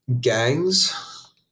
Gangs